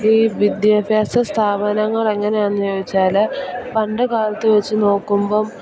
ഈ വിദ്യാഭ്യാസ സ്ഥാപനങ്ങൾ എങ്ങനെയാണെന്ന് ചോദിച്ചാല് പണ്ടുകാലത്ത് വെച്ച് നോക്കുമ്പോള്